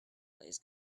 plays